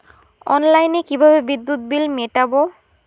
অনলাইনে কিভাবে বিদ্যুৎ বিল মেটাবো?